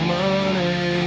money